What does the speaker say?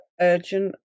urgent